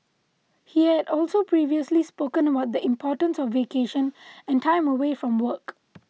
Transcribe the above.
he had also previously spoken about the importance of vacation and time away from work